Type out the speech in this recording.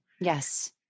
Yes